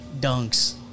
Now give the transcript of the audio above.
dunks